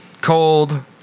cold